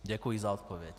Děkuji za odpověď.